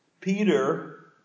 Peter